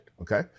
Okay